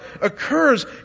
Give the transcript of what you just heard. occurs